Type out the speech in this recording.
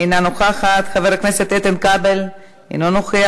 אינה נוכחת, חבר הכנסת איתן כבל, אינו נוכח.